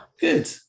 Good